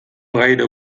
gaire